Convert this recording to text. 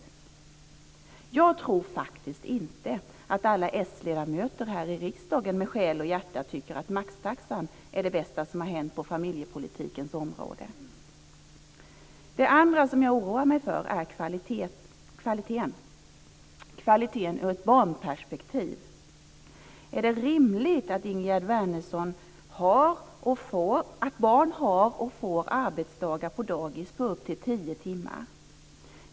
Jag tror faktiskt inte att alla sledamöter här i riksdagen i själ och hjärta tycker att maxtaxan är det bästa som har hänt på familjepolitikens område. Det andra som jag oroar mig över är kvaliteten ur ett barnperspektiv. Är det rimligt, Ingegerd Wärnersson, att barn har och får arbetsdagar på dagis på upp till tio timmar?